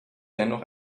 dennoch